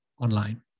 online